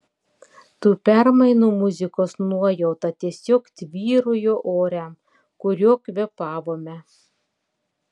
tų permainų muzikos nuojauta tiesiog tvyrojo ore kuriuo kvėpavome